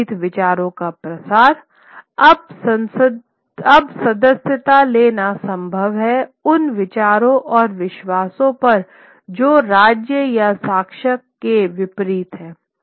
विपरीत विचारों का प्रसार अब सदस्यता लेना संभव है उन विचारों और विश्वासों पर जो राज्य या शासक के विपरीत हैं